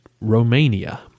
Romania